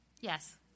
Yes